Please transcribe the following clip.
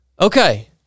Okay